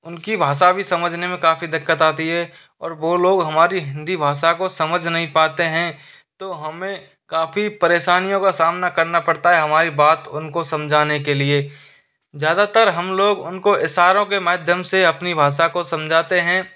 उनकी भाषा भी समझने में काफ़ी दिक्कत आती है और वो लोग हमारी हिंदी भाषा को समझ नहीं पाते हैं तो हमें काफ़ी परेशानियों का सामना करना पड़ता है हमारी बात उनको समझाने के लिए ज़्यादातर हम लोग उनको इशारों के माध्यम से अपनी भाषा को समझाते हैं